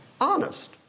honest